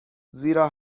زیرا